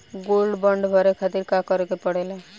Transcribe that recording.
Gold bond भरे खातिर का करेके पड़ेला?